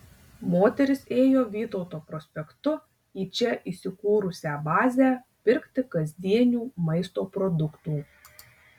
moteris ėjo vytauto prospektu į čia įsikūrusią bazę pirkti kasdienių maisto produktų